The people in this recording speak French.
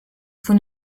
vous